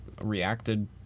reacted